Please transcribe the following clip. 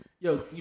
Yo